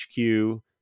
HQ